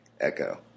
Echo